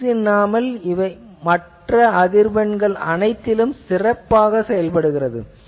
lens இல்லாமல் மற்ற அனைத்து அதிர்வெண்களிலும் சிறப்பாக செயல்படுகிறது